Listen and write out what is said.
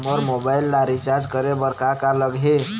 मोर mobile ला recharge करे बर का का लगही?